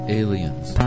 aliens